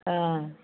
ஆ ஆ